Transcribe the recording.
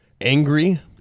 angry